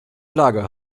lager